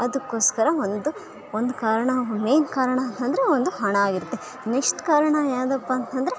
ಅದಕ್ಕೋಸ್ಕರ ಒಂದು ಒಂದು ಕಾರಣ ಏನು ಕಾರಣ ಅಂತಂದರೆ ಒಂದು ಹಣ ಆಗಿರತ್ತೆ ನೆಕ್ಸ್ಟ್ ಕಾರಣ ಏನಪ್ಪ ಅಂತಂದರೆ